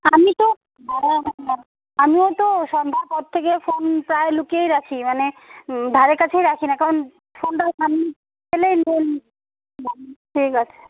আমি তো আমিও তো সন্ধ্যার পর থেকে ফোন প্রায় লুকিয়েই রাখি মানে ধারেকাছেই রাখি না কারণ ফোনটা সামনে পেলেই ফোন ঠিক আছে